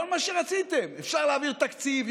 כל מה שרציתם: אפשר להעביר תקציב,